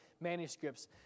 manuscripts